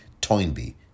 Toynbee